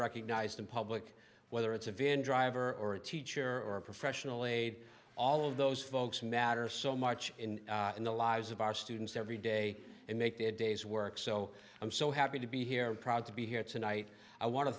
recognized in public whether it's a van driver or a teacher or a professional aide all of those folks matter so march in the lives of our students every day and make their days work so i'm so happy to be here proud to be here tonight i want